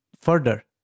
further